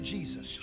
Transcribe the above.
Jesus